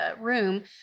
room